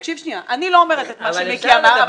תקשיב שנייה, אני לא אומרת את מה שמיקי אמר.